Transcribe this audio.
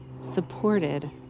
supported